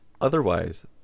Otherwise